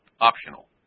optional